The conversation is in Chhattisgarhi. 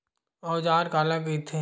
औजार काला कइथे?